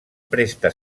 presta